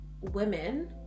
women